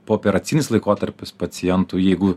pooperacinis laikotarpis pacientų jeigu